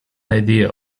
idea